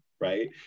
Right